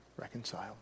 reconcile